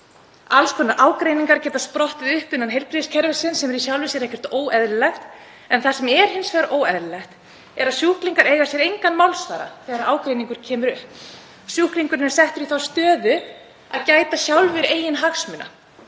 Alls konar ágreiningur getur sprottið upp innan heilbrigðiskerfisins, sem er í sjálfu sér ekkert óeðlilegt, en það sem er hins vegar óeðlilegt er að sjúklingar eiga sér engan málsvara þegar ágreiningur kemur upp. Sjúklingarnir eru settir í þá stöðu að gæta sjálfir eigin hagsmuna.